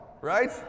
right